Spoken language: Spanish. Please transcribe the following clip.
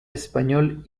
español